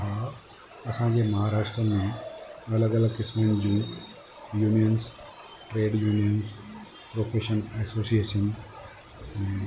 हा असांजे महाराष्ट्रा में अलॻि अलॻि क़िस्मनि जूं unions trade unions vocation association